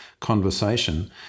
conversation